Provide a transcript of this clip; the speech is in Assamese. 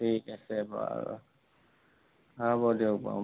ঠিক আছে বাৰু হ'ব দিয়ক বাৰু